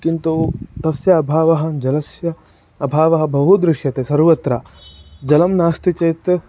किन्तु तस्य अभावः जलस्य अभावः बहु दृश्यते सर्वत्र जलं नास्ति चेत्